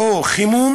או חימום